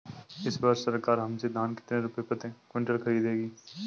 इस वर्ष सरकार हमसे धान कितने रुपए प्रति क्विंटल खरीदेगी?